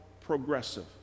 progressive